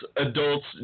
adults